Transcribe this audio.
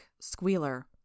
Squealer